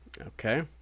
Okay